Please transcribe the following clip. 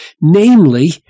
namely